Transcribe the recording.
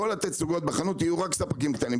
ונשים מחר בבוקר את כל התצוגות בחנות שיהיו רק ספקים קטנים,